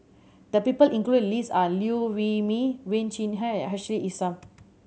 the people included in the list are Liew Wee Mee Wen Jinhua and Ashley Isham